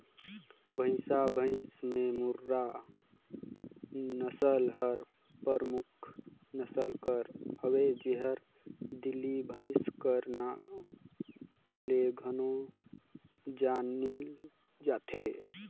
भंइसा भंइस में मुर्रा नसल हर परमुख नसल कर हवे जेहर दिल्ली भंइस कर नांव ले घलो जानल जाथे